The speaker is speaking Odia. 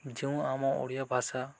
ଯେଉଁ ଆମ ଓଡ଼ିଆ ଭାଷା